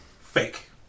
fake